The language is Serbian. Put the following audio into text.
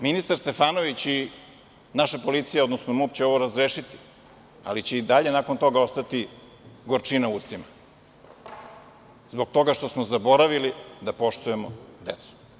Ministar Stefanović i naša policija, odnosno MUP, će ovo razrešiti, ali će i dalje nakon toga ostati gorčina u ustima, zbog toga što smo zaboravili da poštujemo decu.